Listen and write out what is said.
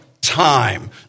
time